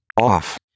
Off